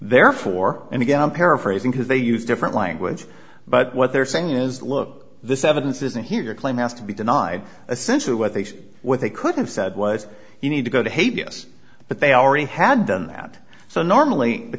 therefore and again i'm paraphrasing because they used different language but what they're saying is look this evidence isn't here your claim has to be denied essentially what they what they could have said was you need to go to haiti yes but they already had done that so normally the